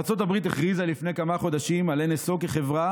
ארצות הברית הכריזה לפני כמה חודשים על NSO כחברה